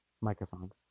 microphone